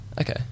Okay